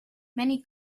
many